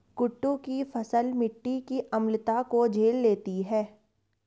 कुट्टू की फसल मिट्टी की अम्लता को झेल लेती है